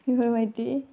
बेफोरबायदि